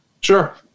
Sure